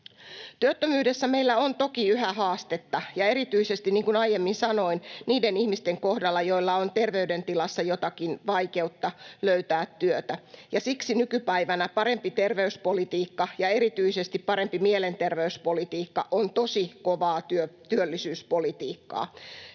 Työttömyydessä meillä on toki yhä haastetta ja erityisesti, niin kuin aiemmin sanoin, niiden ihmisten kohdalla, joilla on terveydentilassa jotakin vaikeutta löytää työtä, ja siksi nykypäivänä parempi terveyspolitiikka ja erityisesti parempi mielenterveyspolitiikka on tosi kovaa työllisyyspolitiikkaa.